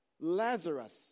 Lazarus